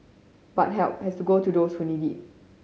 but help has go to those who need it